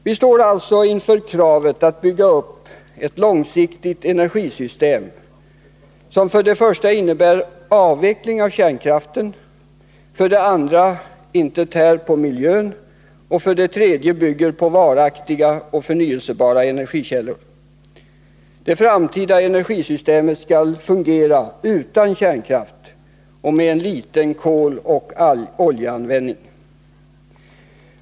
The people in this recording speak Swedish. Vistår alltså inför kravet att bygga upp ett långsiktigt energisystem som för det första innebär avveckling av kärnkraften, för det andra inte tär på miljön och för det tredje bygger på varaktiga och förnyelsebara energikällor. Det framtida energisystemet skall fungera utan kärnkraft och med liten koloch oljeanvändning.